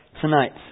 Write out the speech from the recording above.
tonight